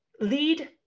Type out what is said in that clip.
Lead